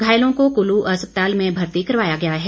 घायलों को कुल्लू अस्पताल में भर्ती करवाया गया है